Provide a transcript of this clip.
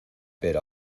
pero